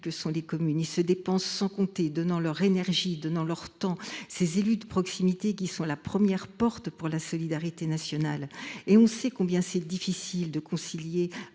que sont les communes. Ils se dépensent sans compter, donnant leur énergie et leur temps. Ces élus de proximité sont la première porte pour la solidarité nationale. Et nous savons combien il est difficile de concilier